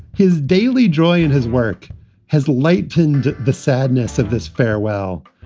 his daily joy in his work has lightened the sadness of this farewell.